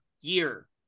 year